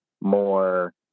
more